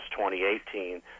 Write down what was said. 2018